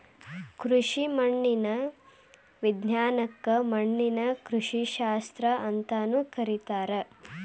ಕೃಷಿ ಮಣ್ಣಿನ ವಿಜ್ಞಾನಕ್ಕ ಮಣ್ಣಿನ ಕೃಷಿಶಾಸ್ತ್ರ ಅಂತಾನೂ ಕರೇತಾರ